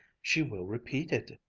she will repeat it. it.